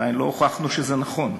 עדיין לא הוכחנו שזה נכון,